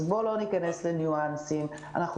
אז בוא לא ניכנס לניואנסים גן ילדים מוגדר מגיל שלוש.